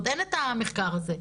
עוד אין את המחקר הזה.